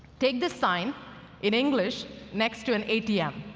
take this sign in english next to an atm.